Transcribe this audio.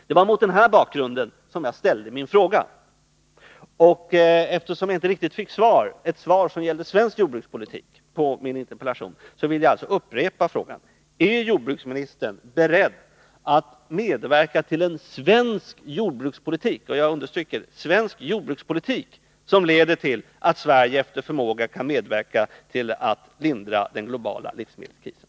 Det var mot denna bakgrund som jag framställde min interpellation. Eftersom jag inte fick ett svar som gällde svensk jordbrukspolitik vill jag upprepa frågan: Är jordbruksministern beredd att medverka till en svensk jordbrukspolitik — jag understryker svensk jordbrukspolitik — som leder till att Sverige efter förmåga kan lindra den globala livsmedelskrisen?